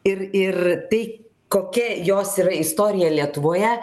ir ir tai kokia jos yra istorija lietuvoje